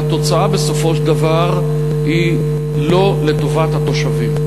והתוצאה בסופו של דבר היא לא לטובת התושבים.